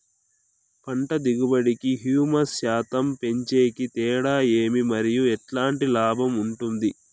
పంట దిగుబడి కి, హ్యూమస్ శాతం పెంచేకి తేడా ఏమి? మరియు ఎట్లాంటి లాభం ఉంటుంది?